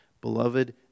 beloved